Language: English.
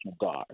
Guard